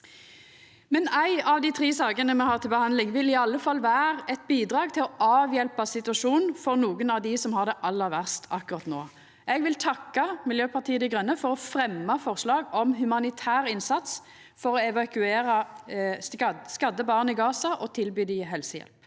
Ei av dei tre sakene me har til behandling, vil i alle fall vera eit bidrag til å avhjelpa situasjonen for nokre av dei som har det aller verst akkurat nå. Eg vil takka Miljøpartiet Dei Grøne for å fremja eit forslag om humanitær innsats for å evakuera skadde barn i Gaza og tilby dei helsehjelp.